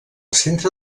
centre